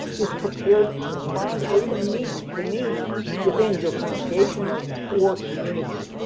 is prepared to respond or even meet the needs within your congregation or community,